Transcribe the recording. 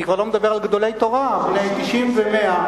אני כבר לא מדבר על גדולי תורה בני 90 ו-100.